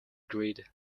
grid